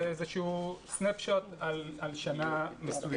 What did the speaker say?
זה איזושהי תמונה על שנה מסוימת.